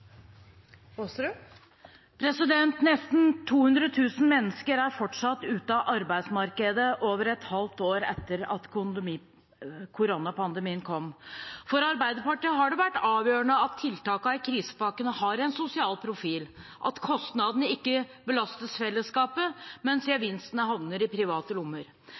3 minutter. Nesten 200 000 mennesker er fortsatt ute av arbeidsmarkedet over et halvt år etter at koronapandemien kom. For Arbeiderpartiet har det vært avgjørende at tiltakene i krisepakkene har en sosial profil, at kostnadene ikke belastes fellesskapet mens gevinstene havner i private lommer.